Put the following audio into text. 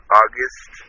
august